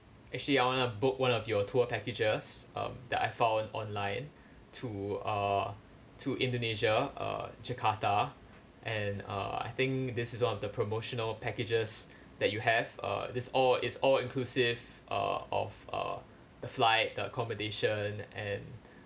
actually I want to book one of your tour packages um that I found online to uh to indonesia uh jakarta and uh I think this is one of the promotional packages that you have uh this all it's all inclusive uh of uh the flight the accommodation and